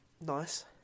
Nice